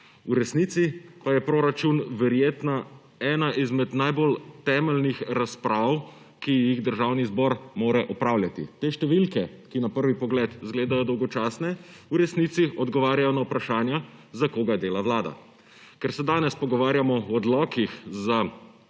V resnici pa je proračun verjetno ena izmed najbolj temeljnih razprav, ki jih Državni zbor mora opravljati. Te številke, ki na prvi pogled izgledajo dolgočasne, v resnici odgovarjajo na vprašanja, za koga dela vlada. Ker se danes pogovarjamo o odlokih za